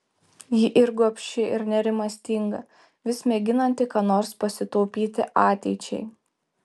ji ir gobši ir nerimastinga vis mėginanti ką nors pasitaupyti ateičiai